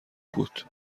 بود